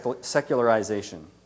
secularization